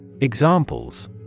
Examples